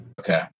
Okay